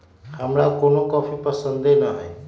हमरा कोनो कॉफी पसंदे न हए